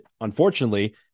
unfortunately